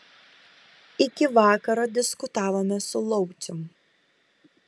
iki vakaro diskutavome su laucium